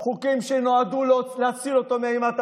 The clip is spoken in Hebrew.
חוקים שנועדו להציל אותו מאימת הדין.